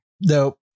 Nope